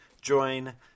join